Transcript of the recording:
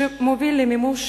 שמוביל למימוש